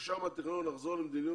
הבקשה מהטכניון היא לחזור למדיניות